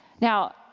Now